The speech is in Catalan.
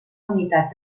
unitat